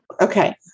okay